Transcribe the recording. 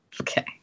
Okay